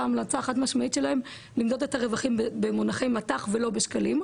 המלצה חד משמעית שלהם למדוד את הרווחים במונחי מט"ח ולא בשקלי.,